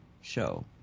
Show